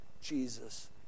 Jesus